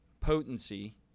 potency